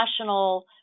national